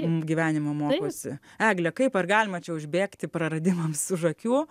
gyvenimo mokosi egle kaip ar galima čia užbėgti praradimams už akių